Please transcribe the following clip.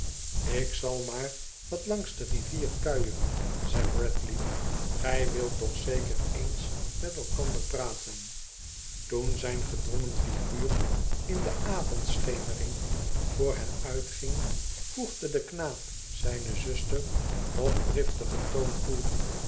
ik zal maar wat langs de rivier kuieren zei bradley gij wilt toch ïckcr eens met elkander praten toen zijn gedwongen figuur in de avondschemering voor hen uitging voegde de knaap zijne zuster op driftigen toon toe